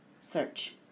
Search